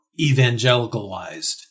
evangelicalized